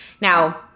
Now